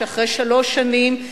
ואחרי שלוש שנים,